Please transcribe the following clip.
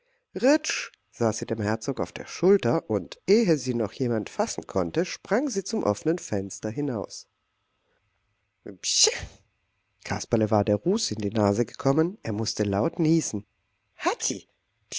saß sie dem herzog auf der schulter und ehe sie noch jemand fassen konnte sprang sie zum offenen fenster hinaus prschiii kasperle war ruß in die nase gekommen er mußte laut niesen hazzi